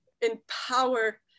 empower